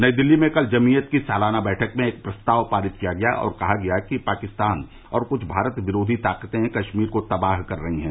नई दिल्ली में कल जमीयत की सालाना बैठक में एक प्रस्ताव पारित किया गया और कहा गया कि पाकिस्तान और कुछ भारत विरोधी ताकतें कश्मीर को तबाह कर रही हैं